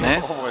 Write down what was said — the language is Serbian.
Ne.